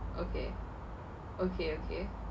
okay okay okay